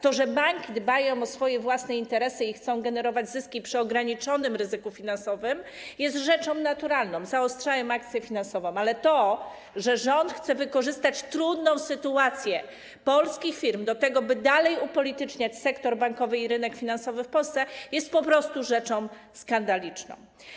To, że banki dbają o swoje własne interesy i chcą generować zyski przy ograniczonym ryzyku finansowym, że zaostrzają akcję finansową, jest rzeczą naturalną, ale to, że rząd chce wykorzystać trudną sytuację polskich firm do tego, by dalej upolityczniać sektor bankowy i rynek finansowy w Polsce, jest po prostu rzeczą skandaliczną.